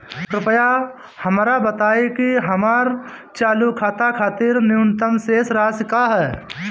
कृपया हमरा बताइं कि हमर चालू खाता खातिर न्यूनतम शेष राशि का ह